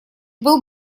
был